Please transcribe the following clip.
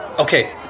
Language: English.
Okay